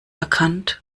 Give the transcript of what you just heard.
erkannt